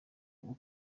uko